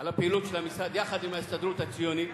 על הפעילות של המשרד יחד עם ההסתדרות הציונית,